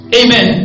amen